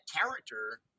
character